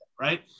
Right